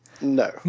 No